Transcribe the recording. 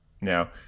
Now